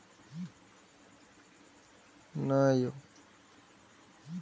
बचत बैंक ग्राहक कें ओकर जमा राशि पर ब्याज सेहो दए छै